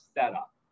setup